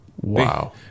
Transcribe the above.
Wow